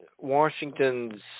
Washington's